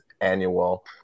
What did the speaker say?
annual